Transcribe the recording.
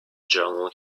journal